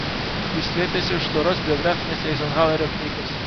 ji slėpėsi už storos biografinės eizenhauerio knygos